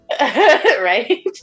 Right